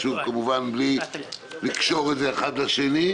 כמובן בלי לקשור את האחד לשני,